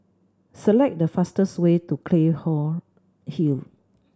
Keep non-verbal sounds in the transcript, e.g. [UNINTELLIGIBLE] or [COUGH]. select the fastest way to [UNINTELLIGIBLE] Hill